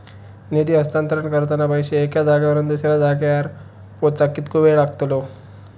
निधी हस्तांतरण करताना पैसे एक्या जाग्यावरून दुसऱ्या जाग्यार पोचाक कितको वेळ लागतलो?